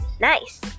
Nice